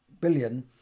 billion